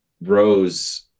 Rose